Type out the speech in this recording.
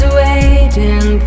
waiting